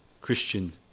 Christian